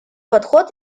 подход